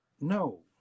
no